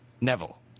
Neville